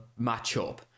matchup